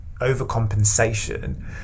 overcompensation